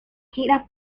gira